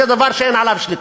זה דבר שאין עליו שליטה.